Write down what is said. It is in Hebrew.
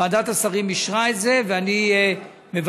כאשר